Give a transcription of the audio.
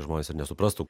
žmonės ir nesuprastų